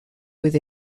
with